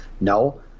No